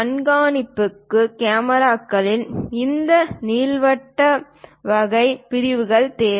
கண்காணிப்புக்கு கேமராக்களுக்கும் இந்த நீள்வட்ட வகை பிரிவுகள் தேவை